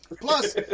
Plus